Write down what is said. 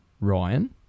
Ryan